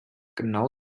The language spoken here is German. genau